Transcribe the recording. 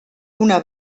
una